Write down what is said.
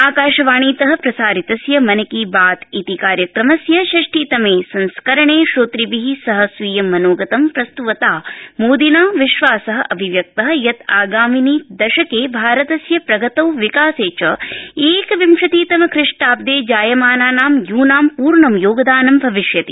आकाशवाणीत प्रसारितस्य मन की बात कार्यक्रमस्य षष्टितमे संस्करणे श्रोतृभि सह स्वीयं मनोगतं प्रस्त्वता मोदिना विश्वास अभिव्यक्त यत आगामिनि दशके भारतस्य प्रगतौ विकासे च एकविंशतितमख्रिष्टाब्दे जायमानानां यूनां पूर्ण योगदानं भविष्यति